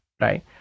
right